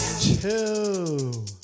Two